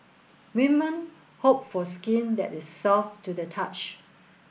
women hope for skin that is soft to the touch